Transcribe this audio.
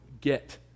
get